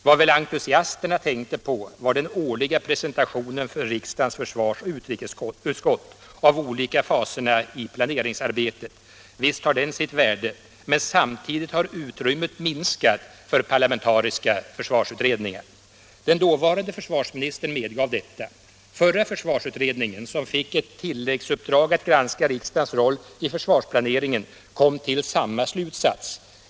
Vad entusiasterna väl tänkte på var den årliga presentationen för riksdagens försvars och utrikesutskott av de olika faserna i planeringsarbetet. Visst har den sitt värde, men samtidigt har utrymmet minskat för parlamentariska försvarsutredningar. Den dåvarande försvarsministern medgav detta. Förra försvarsutredningen, som fick ett tilläggsuppdrag att granska riksdagens roll i försvarsplaneringen, kom till samma slutsats.